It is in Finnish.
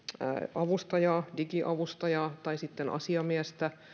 avustajaa digiavustajaa tai sitten asiamiestä